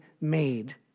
made